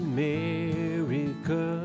America